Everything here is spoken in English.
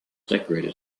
decorated